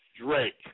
Drake